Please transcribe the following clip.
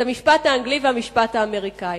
את המשפט האנגלי והמשפט האמריקני.